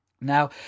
Now